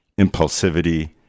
impulsivity